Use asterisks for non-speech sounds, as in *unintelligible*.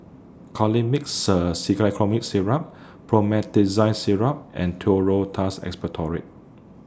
Colimix *unintelligible* Syrup Promethazine Syrup and Duro Tuss Expectorant